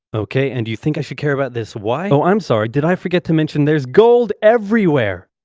okay. and do you think i should care about this, why? oh, i'm sorry. did i forget to mention? there's gold everywhere!